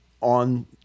on